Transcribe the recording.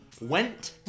went